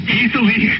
easily